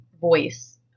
voice